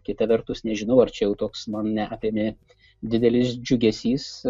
kita vertus nežinau ar čia jau toks mane apėmė didelis džiugesys